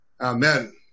Amen